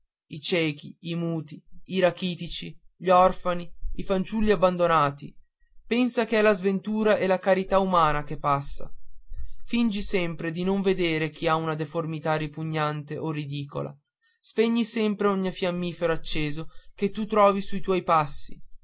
i cechi i muti i rachitici gli orfani i fanciulli abbandonati pensa che è la sventura e la carità umana che passa fingi sempre di non vedere chi ha una deformità ripugnante o ridicola spegni sempre ogni fiammifero acceso che tu trovi sui tuoi passi